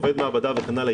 עובד מעבדה וכן הלאה,